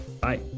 Bye